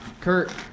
Kurt